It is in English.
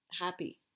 Happy